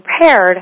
prepared